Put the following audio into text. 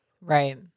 Right